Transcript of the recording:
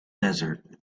desert